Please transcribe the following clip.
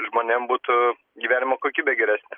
žmonėm būtų gyvenimo kokybė geresnė